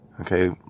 Okay